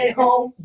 home